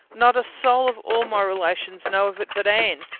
not a soul of all my relations know of it but anne,